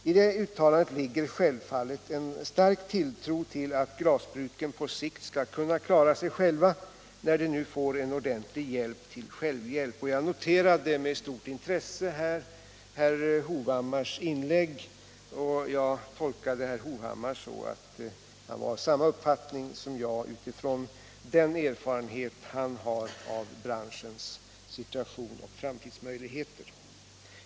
I det uttalandet ligger självfallet en stark tilltro till att glasbruken på sikt skall kunna klara sig själva när de nu får en ordentlig hjälp till självhjälp. 95 manuella glasindustrin Om målsättningen för stödet till den manuella glasindustrin Jag tolkade herr Hovhammar så att han var av samma uppfattning som jag utifrån den erfarenhet han har av branschens situation och framtidsmöjligheter.